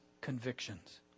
convictions